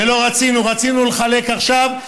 רצינו לחלק עכשיו,